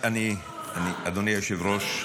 אדוני היושב-ראש,